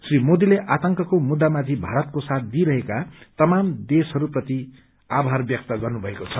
री मोदीले आतंकको मुद्दामाथि भारतको साथ दिइरहेका तमाम देशहरूप्रति आभार व्यक्त गर्नुभएको छ